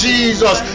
Jesus